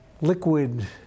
liquid